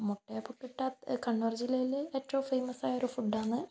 മുട്ടയപ്പം കിട്ടാത്ത കണ്ണൂർ ജില്ലയിലെ ഏറ്റവും ഫേമസ് ആയ ഒരു ഫുഡ് ആണ്